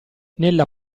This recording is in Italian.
nella